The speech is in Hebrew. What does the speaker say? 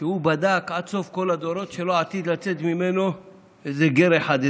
שהוא בדק עד סוף כל הדורות שלא עתיד לצאת ממנו איזה גר אחד,